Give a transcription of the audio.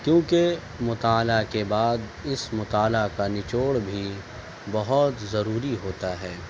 کیونکہ مطالعہ کے بعد اس مطالعہ کا نچوڑ بھی بہت ضروری ہوتا ہے